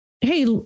Hey